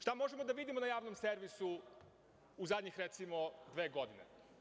Šta možemo da vidimo na javnom servisu u zadnje, recimo, dve godine?